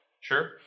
Sure